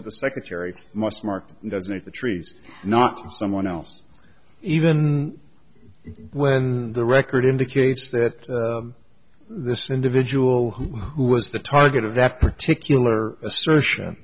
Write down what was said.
of the secretary must mark doesn't it the trees not someone else even when the record indicates that this individual who was the target of that particular assertion